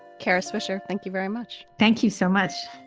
kara swisher, thank you very much. thank you so much.